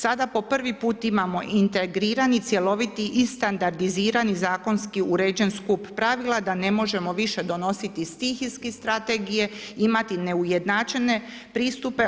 Sada po prvi put imamo integrirani cjeloviti i standardizirani zakonski uređen skup pravila da ne možemo više donositi stihijski strategije, imati neujednačene pristupe.